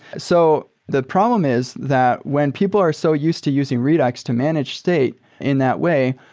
so the problem is that when people are so used to using redux to manage state in that way,